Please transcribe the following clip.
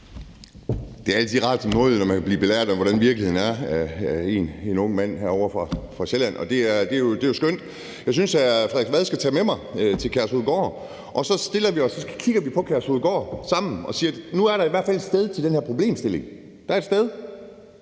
når man som nordjyde kan blive belært om, hvordan virkeligheden er, af en ung mand herovre fra Sjælland. Det er jo skønt. Jeg synes, at hr. Frederik Vad skal tage med mig til Kærshovedgård, og så stiller vi os og kigger på Kærshovedgård sammen og siger: Nu er der i hvert fald et sted til den her problemstilling. Der er et sted.